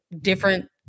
different